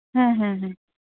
ᱦᱮᱸ ᱦᱮᱸ ᱦᱮᱸ